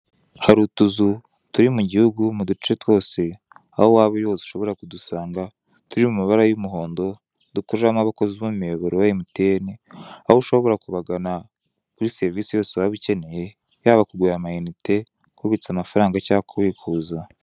Hari utuzu turi mu gihugu mu duce twose aho waba uri hose ushobora kudusanga turi mu mabara y'umuhondo dukoreramo abakozi b'umuyoboro wa Mtn, aho ushobora kubagana kuri serivise yose waba ukeneye yaba kugura amayinite, kubitsa amafaranga cyangwa kubikuza.